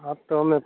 હા તો અમે